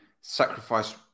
sacrifice